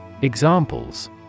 Examples